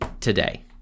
today